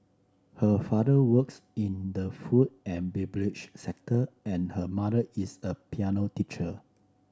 her father works in the food and beverage sector and her mother is a piano teacher